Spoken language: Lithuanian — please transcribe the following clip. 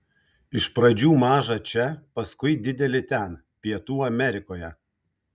iš pradžių mažą čia paskui didelį ten pietų amerikoje